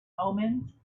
omens